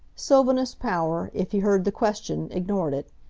sylvanus power, if he heard the question, ignored it.